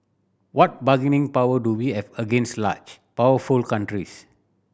what bargaining power do we have against large powerful countries